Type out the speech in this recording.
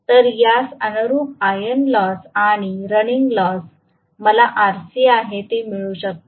तर यास अनुरुप आयर्न लॉस आणि रनिंग लॉस मला Rc आहे ते मिळू शकते